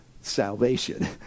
salvation